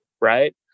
right